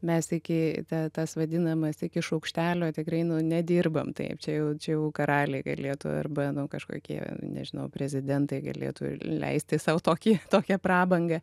mes iki tas vadinamas iki šaukštelio tikrai nu nedirbam taip čia jau čia jau karaliai galėtų arba kažkokie nežinau prezidentai galėtų leisti sau tokį tokią prabangą